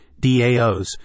DAOs